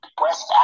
West